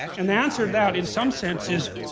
and the answer to that in some sense is,